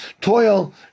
toil